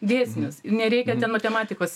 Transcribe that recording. dėsnius ir nereikia ten matematikos